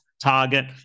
target